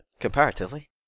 Comparatively